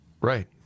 Right